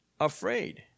afraid